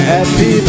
Happy